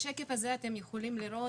בשקף הזה אתם יכולים לראות,